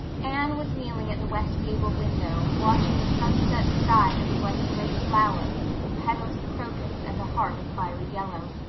anne was kneeling at the west gable window watching the sunset sky that was like a great flower with petals of crocus and a heart of fiery yellow.